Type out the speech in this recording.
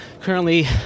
currently